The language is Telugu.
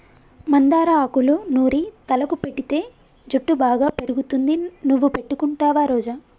మందార ఆకులూ నూరి తలకు పెటితే జుట్టు బాగా పెరుగుతుంది నువ్వు పెట్టుకుంటావా రోజా